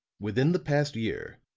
within the past year,